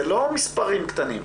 זה לא מספרים קטנים.